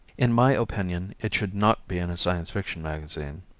in my opinion it should not be in a science fiction magazine.